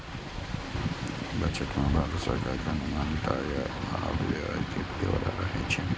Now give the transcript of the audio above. budget मे भारत सरकार के अनुमानित आय आ व्यय के ब्यौरा रहै छै